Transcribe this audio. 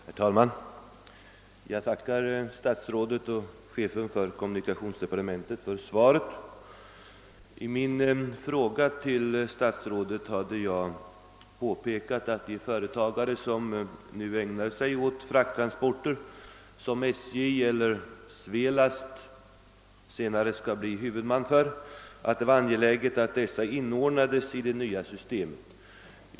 Herr talman! Jag tackar statsrådet och chefen för kommunikationsdepartementet för svaret. I min interpellation hade jag påpekat att det är angeläget att de företagare som nu ägnar sig åt frakttransporter, som SJ eller Svelast senare skall bli huvudman för, inordnas i det nya systemet.